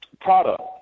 product